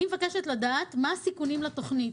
אני מבקשת לדעת מה הסיכונים לתכנית,